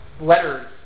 letters